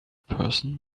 person